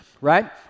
right